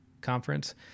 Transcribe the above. conference